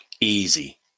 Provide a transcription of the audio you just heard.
easy